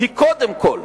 היא קודם כול